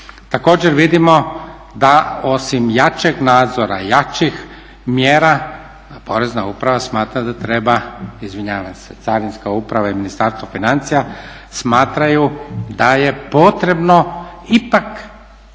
Također vidimo da osim jačeg nadzora, jačih mjera Porezna uprava smatra da treba, izvinjavam se Carinska uprava i Ministarstvo financija smatraju da je potrebno ipak